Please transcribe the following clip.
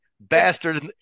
bastard